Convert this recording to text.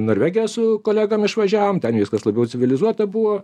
norvegiją su kolegom išvažiavom ten viskas labiau civilizuota buvo